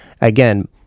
again